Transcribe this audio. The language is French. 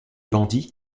bandits